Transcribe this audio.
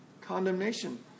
condemnation